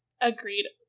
Agreed